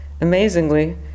Amazingly